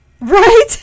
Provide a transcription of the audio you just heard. Right